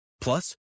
Plus